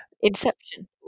Inception